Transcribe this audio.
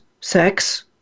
sex